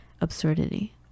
Absurdity